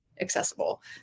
accessible